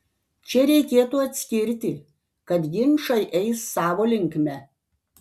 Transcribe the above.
čia reikėtų atskirti kad ginčai eis savo linkme